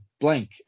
blank